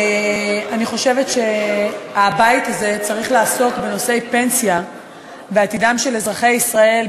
אני חושבת שהבית הזה צריך לעסוק בנושאי פנסיה ובעתידם של אזרחי ישראל,